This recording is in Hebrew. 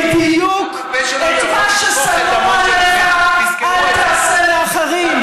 ובדיוק את מה ששנוא עליך אל תעשה לאחרים.